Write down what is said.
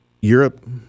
Europe